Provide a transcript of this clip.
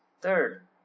third